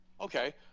Okay